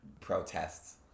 protests